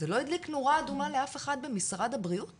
זה לא הדליק נורה אדומה לאף אחד במשרד הבריאות